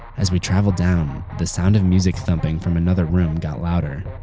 as we traveled down, the sound of music thumping from another room got louder.